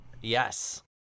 Yes